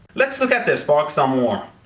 let's look at the sparks some more.